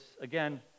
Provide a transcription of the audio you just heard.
again